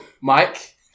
Mike